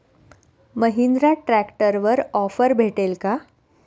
महिंद्रा ट्रॅक्टरवर ऑफर भेटेल का?